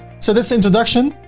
so that's introduction,